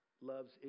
loves